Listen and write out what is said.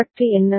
பற்றி என்ன